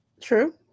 True